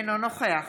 אינו נוכח